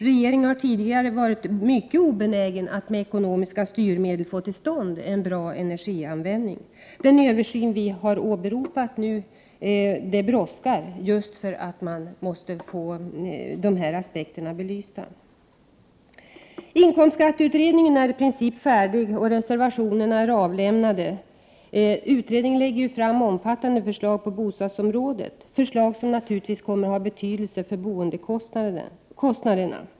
Regeringen har varit mycket obenägen att med ekonomiska styrmedel få till stånd en bra energianvändning. Den översyn vi har krävt brådskar just för att dessa aspekter måste belysas. Inkomstskatteutredningen är i princip färdig, och reservationerna är avlämnade. Utredningen lägger ju fram omfattande förslag på bostadsområdet, förslag som naturligtvis kommer att ha betydelse för boendekostnaderna.